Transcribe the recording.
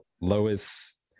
lois